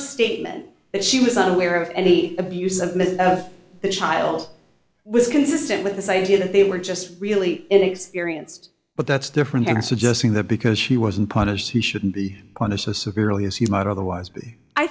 statement that she was not aware of any abuse of the child was consistent with this idea that they were just really inexperienced but that's different than suggesting that because she wasn't punished he shouldn't be punished as severely as he might otherwise b